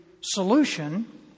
solution